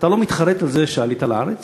אתה לא מתחרט על זה שעלית לארץ?